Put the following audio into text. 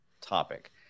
topic